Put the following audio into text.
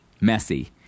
messy